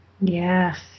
Yes